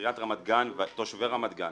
עיריית רמת גן ותושבי רמת גן